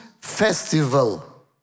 festival